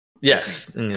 Yes